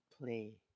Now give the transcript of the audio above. play